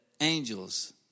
angels